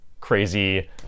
crazy